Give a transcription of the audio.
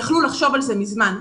יכלו לחשוב על זה מזמן.